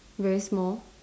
very small